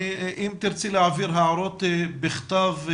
אם תרצי להעביר הערות בכתב,